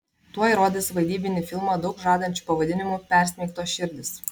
tuoj rodys vaidybinį filmą daug žadančiu pavadinimu persmeigtos širdys